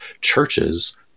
churches